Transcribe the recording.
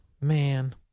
Man